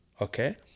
Okay